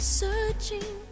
searching